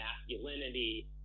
masculinity